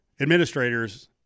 administrators